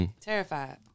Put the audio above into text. terrified